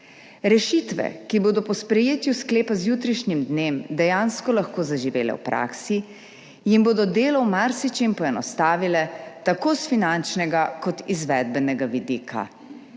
Rešitve, ki bodo po sprejetju sklepa z jutrišnjim dnem dejansko lahko zaživele v praksi, jim bodo delo v marsičem poenostavile tako s finančnega kot izvedbenega vidika.